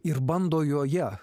ir bando joje